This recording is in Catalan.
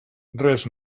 res